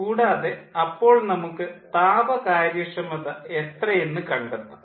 കൂടാതെ അപ്പോൾ നമുക്ക് താപ കാര്യക്ഷമത എത്രയെന്ന് കണ്ടെത്താം